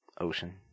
ocean